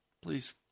please